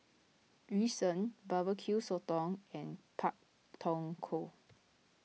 Yu Sheng Barbecue Sotong and Pak Thong Ko